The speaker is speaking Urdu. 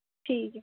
ٹھیک ہے